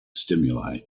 stimuli